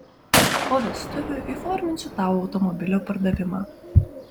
po vestuvių įforminsiu tau automobilio pardavimą